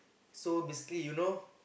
so basically you know